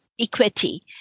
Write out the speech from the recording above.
equity